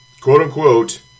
quote-unquote